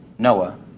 Noah